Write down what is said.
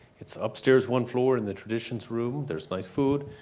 it's upstairs one floor in the traditions room. there's nice food.